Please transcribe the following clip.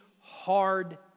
hard